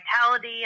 vitality